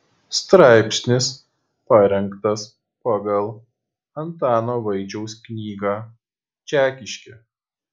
straipsnis parengtas pagal antano vaičiaus knygą čekiškė